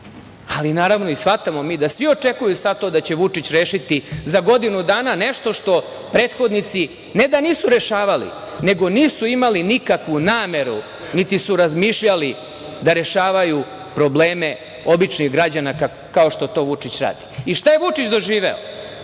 akumulirani. Naravno, shvatamo mi da svi očekuju sada da će Vučić to rešiti za godinu dana, nešto što prethodnici ne da nisu rešavali, nego nisu imali nikakvu nameru, niti su razmišljali da rešavaju probleme običnih građana, kao što to Vučić radi.I, šta je Vučić doživeo